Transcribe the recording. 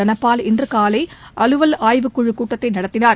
தனபால் இன்றுகாலைஅலுவல் ஆய்வுக்குழுக் கூட்டத்தைநடத்தினார்